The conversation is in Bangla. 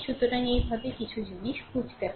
সুতরাং এই ভাবে কিছু জিনিস বুঝতে হবে